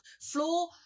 floor